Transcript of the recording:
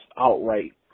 outright